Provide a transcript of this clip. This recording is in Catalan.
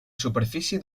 superfície